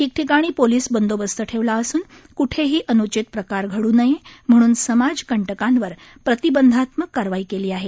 ठिकठिकाणी पोलिस बंदोबस्त ठेवला असून क्ठेही अन्चित प्रकार धड् नये म्हणून समाजकंटकांवर प्रतिबंधात्मक कारवाई केली आहे